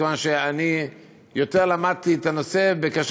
מכיוון שאני למדתי יותר את הנושא בקשר